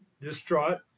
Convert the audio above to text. distraught